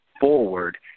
forward